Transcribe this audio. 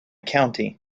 county